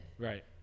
Right